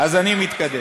אז אני מתקדם.